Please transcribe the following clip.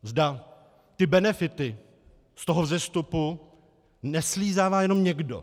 Zda benefity z toho vzestupu neslízává jenom někdo.